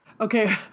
Okay